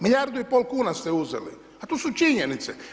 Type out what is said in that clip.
Milijardu i pol kuna ste uzeli, a to su činjenice.